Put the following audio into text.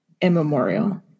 immemorial